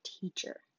teacher